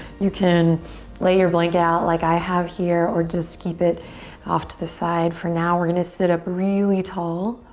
you can lay your blanket out like i have here or just keep it off to the side for now. we're gonna sit up really tall.